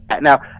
Now